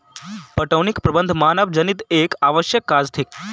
पटौनीक प्रबंध मानवजनीत एक आवश्यक काज थिक